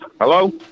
Hello